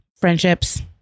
friendships